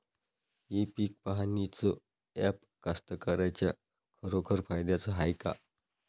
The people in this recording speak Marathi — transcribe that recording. इ पीक पहानीचं ॲप कास्तकाराइच्या खरोखर फायद्याचं हाये का?